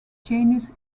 genus